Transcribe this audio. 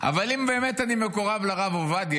אבל אם באמת אני מקורב לרב עובדיה,